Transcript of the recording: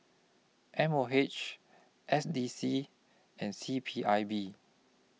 M O H S D C and C P I B